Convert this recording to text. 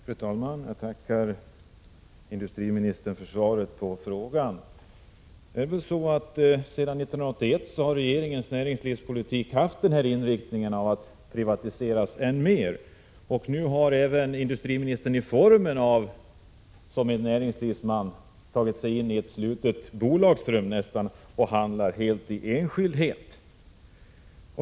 Fru talman! Jag tackar industriministern för svaret på frågan. Sedan 1981 har regeringens näringslivspolitik varit inriktad på att det skall privatiseras än mer. Nu uppträder industriministern även i formen som en näringslivsman. Han har tagit sig in i ett slutet bolagsrum och handlar helt i enskildhet.